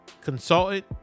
consultant